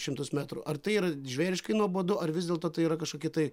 šimtus metrų ar tai yra žvėriškai nuobodu ar vis dėlto tai yra kažkokia tai